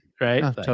right